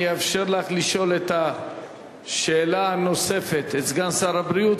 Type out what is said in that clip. אני אאפשר לך לשאול את השאלה הנוספת את סגן שר הבריאות,